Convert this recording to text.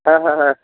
হ্যাঁ হ্যাঁ হ্যা